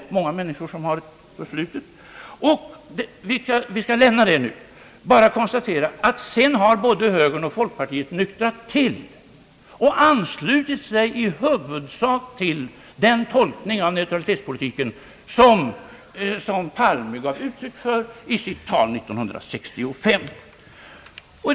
Det är många människor som har ett förflutet. Jag lämnar alltså den saken nu, men jag vill bara konstatera att sedan har både högern och folkpartiet nyktrat till och anslutit sig i huvudsak till den tolkning av neutralitetspolitiken som herr Palme gav i sitt tal 1965.